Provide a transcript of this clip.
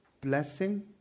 blessing